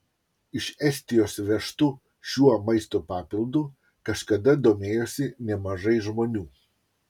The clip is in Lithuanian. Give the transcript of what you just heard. iš estijos vežtu šiuo maisto papildu kažkada domėjosi nemažai žmonių